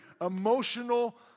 emotional